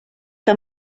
que